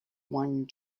wang